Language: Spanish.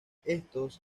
estos